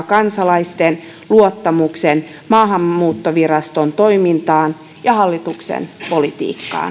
kansalaisten luottamuksen maahanmuuttoviraston toimintaan ja hallituksen politiikkaan